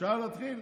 אפשר להתחיל?